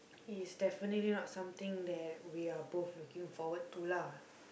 he is definitely not something that we're both looking forward to lah